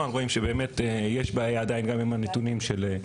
רואים שבאמת יש בעיה עדיין גם עם הנתונים של,